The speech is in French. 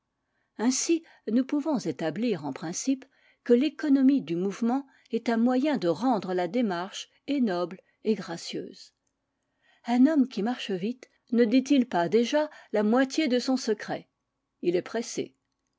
ainsi nous pouvons établir en principe que r économie du mouvement est un moyen de rendre la démarche et noble et gracieuse un homme qui marche vite ne dit-il pas déjà la moitié de son secret il est pressé